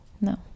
No